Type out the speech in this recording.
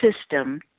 system